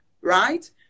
right